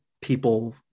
People